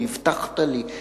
"הבטחת לי",